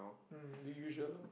mm the usual